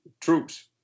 troops